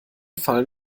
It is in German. fallen